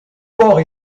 port